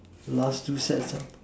last two sets lor